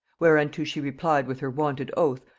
whereunto she replied with her wonted oath,